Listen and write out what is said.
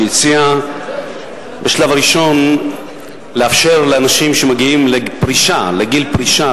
שהציעה בשלב הראשון לאפשר לאנשים שמגיעים לגיל פרישה,